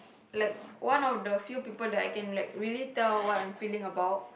like one of the few people that I can like really tell what I'm feeling about